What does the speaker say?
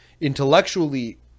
intellectually